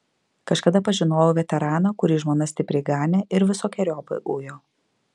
kažkada pažinojau veteraną kurį žmona stipriai ganė ir visokeriopai ujo